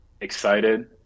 excited